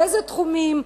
באיזה תחומים,